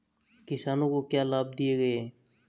किसानों को क्या लाभ दिए गए हैं?